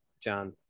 John